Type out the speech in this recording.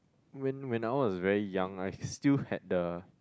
when when I was very young I still had the